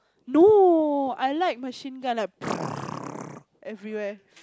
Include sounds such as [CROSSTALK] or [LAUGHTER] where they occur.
no I like Machine Gun like [NOISE] everywhere